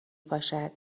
پاشد